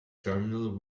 terminal